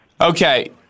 Okay